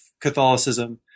Catholicism